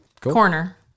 Corner